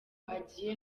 agiye